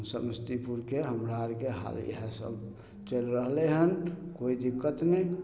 समस्तीपुरके हमरा अरके हाल इएह सब चलि रहलै हन कोइ दिक्कत नहि